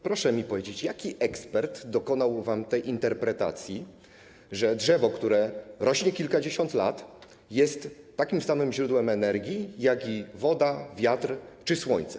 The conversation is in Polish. Proszę mi powiedzieć, jaki ekspert dokonał tej interpretacji, że drzewo, które rośnie kilkadziesiąt lat, jest takim samym źródłem energii jak woda, wiatr czy słońce.